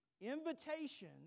invitation